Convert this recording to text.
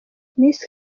miss